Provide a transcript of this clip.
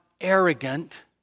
arrogant